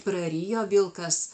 prarijo vilkas